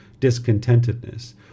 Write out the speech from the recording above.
discontentedness